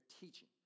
teaching